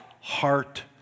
heart